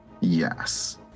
Yes